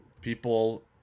people